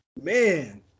Man